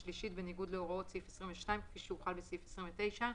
יכול להיות שבעבירות כאלו תבחרו לתת התראה מינהלית,